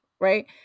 Right